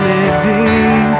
living